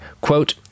Quote